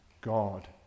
God